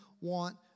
want